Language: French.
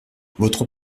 votre